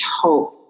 hope